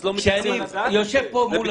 אז לא מתייחסים לזה,